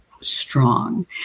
strong